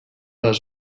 les